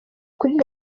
kuri